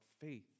faith